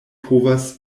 povas